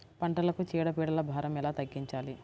పంటలకు చీడ పీడల భారం ఎలా తగ్గించాలి?